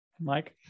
mike